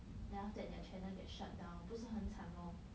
then after that their channel get shutdown 不是很惨 lor